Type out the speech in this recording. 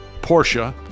Porsche